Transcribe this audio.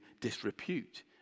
disrepute